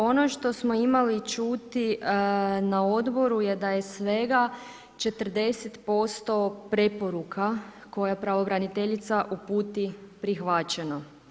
Ono što smo imali čuti na odboru je da je svega 40% preporuka koje pravobraniteljica uputi prihvaćeno.